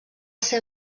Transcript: ser